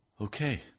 Okay